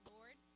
Lord